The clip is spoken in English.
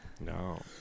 No